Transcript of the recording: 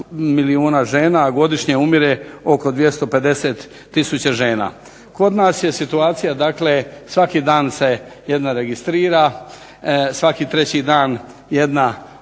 milijuna žena, godišnje umire oko 250 tisuća žena. Kod nas je situacija dakle svaki dan se jedna registrira, svaki treći dan jedna